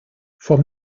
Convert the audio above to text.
from